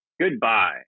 goodbye